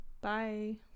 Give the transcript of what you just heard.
Bye